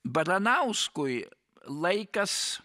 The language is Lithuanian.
baranauskui laikas